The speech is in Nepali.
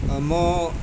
म